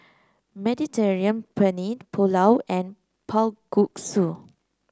Mediterranean Penne Pulao and